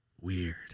Weird